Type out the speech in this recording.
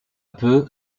peu